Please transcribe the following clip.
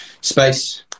space